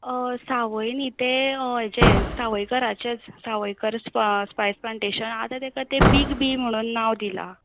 सावय न्हय तें हय जें सावयकराचेंच सावयकर स्पा स्पायस पलांटेशन आतां ताका तें बीग बी म्हणून नांव दिलां